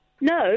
No